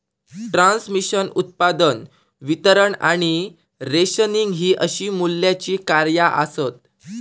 transmission, उत्पादन, वितरण आणि रेशनिंग हि अशी मूल्याची कार्या आसत